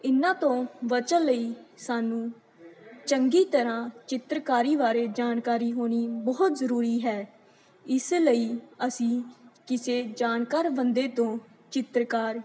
ਇਹਨਾਂ ਤੋਂ ਬਚਣ ਲਈ ਸਾਨੂੰ ਚੰਗੀ ਤਰ੍ਹਾਂ ਚਿੱਤਰਕਾਰੀ ਬਾਰੇ ਜਾਣਕਾਰੀ ਹੋਣੀ ਬਹੁਤ ਜ਼ਰੂਰੀ ਹੈ ਇਸ ਲਈ ਅਸੀਂ ਕਿਸੇ ਜਾਣਕਾਰ ਬੰਦੇ ਤੋਂ ਚਿੱਤਰਕਾਰ